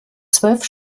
zwölf